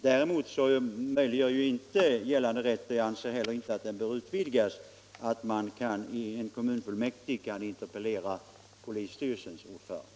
Däremot medger inte gällande rätt — och jag anser inte heller att den bör utvidgas — att en kommunfullmäktig kan interpellera polisstyrelsens ordförande.